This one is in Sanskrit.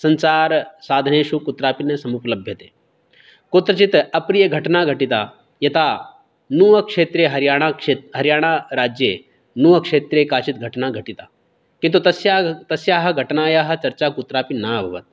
सञ्चारसाधनेषु कुत्रापि न समुपलभ्यते कुत्रचित् अप्रियघटना घटिता यता न्वक क्षेत्रे हरियाणाक्षेत् हरियाणाराज्ये न्वक क्षेत्रे काचिद् घटना घटिता किन्तु तस्या तस्याः घटनायाः चर्चा कुत्रापि न अभवत्